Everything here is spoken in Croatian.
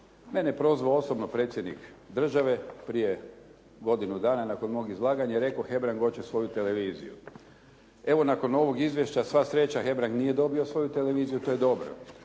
Mene je prozvao osobno predsjednik države. Prije godinu dana nakon mog izlaganja je rekao Hebrang hoće svoju televiziju. Evo, nakon ovog izvješća sva sreća Hebrang nije dobio svoju televiziju, to je dobro